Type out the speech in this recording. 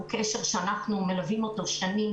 הוא קשר שאנחנו מלווים אותו שנים.